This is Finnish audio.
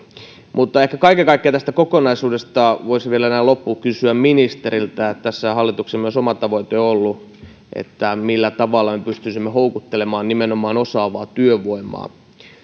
mutta ehkä kaiken kaikkiaan tästä kokonaisuudesta voisi vielä näin loppuun kysyä ministeriltä tässähän myös hallituksen oma tavoite on ollut selvittää millä tavalla me pystyisimme houkuttelemaan nimenomaan osaavaa työvoimaa